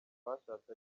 bashatse